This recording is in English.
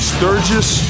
Sturgis